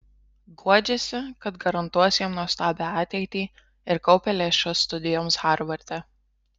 guodžiasi kad garantuos jam nuostabią ateitį ir kaupia lėšas studijoms harvarde